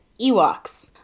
Ewoks